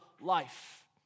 life